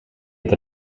het